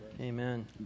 Amen